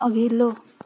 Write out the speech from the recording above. अघिल्लो